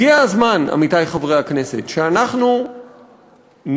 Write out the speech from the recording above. הגיע הזמן, עמיתי חברי הכנסת, שאנחנו נלמד